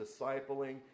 discipling